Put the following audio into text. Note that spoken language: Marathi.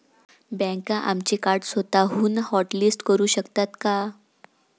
बँका आमचे कार्ड स्वतःहून हॉटलिस्ट करू शकतात का?